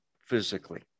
physically